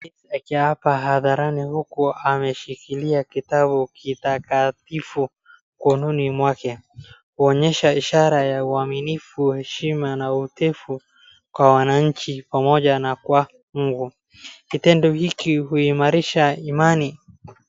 Akiwa hapa hadharani huku ameshikilia kitabu kitakatifu mkononi mwake kuonyesha ishara ya uaminifu heshima na uotefu kwa wananchi pamoja na kwa Mungu, kitendo hiki huimarisha imani.